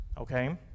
Okay